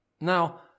Now